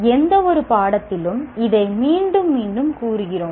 எந்தவொரு பாடத்திலும் இதை மீண்டும் மீண்டும் கூறுகிறோம்